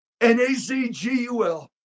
N-A-Z-G-U-L